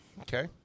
Okay